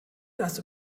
das